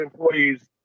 employees